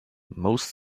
moist